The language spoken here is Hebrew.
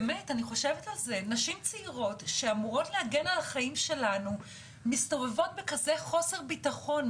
נשים צעירות שאמורות להגן על החיים שלנו מסתובבות בכזה חוסר ביטחון,